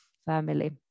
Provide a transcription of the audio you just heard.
family